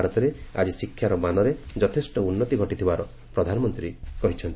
ଭାରତରେ ଆକି ଶିକ୍ଷାର ମାନରେ ଯଥେଷ୍ଟ ଉନ୍ନତି ଘଟିଥିବାର ପ୍ରଧାନମନ୍ତ୍ରୀ କହିଛନ୍ତି